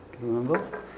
remember